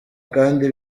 kandi